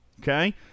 Okay